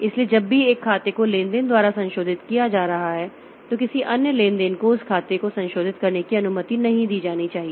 इसलिए जब भी एक खाते को लेनदेन द्वारा संशोधित किया जा रहा है तो किसी अन्य लेनदेन को उस खाते को संशोधित करने की अनुमति नहीं दी जानी चाहिए